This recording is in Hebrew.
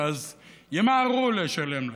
ואז ימהרו לשלם להם.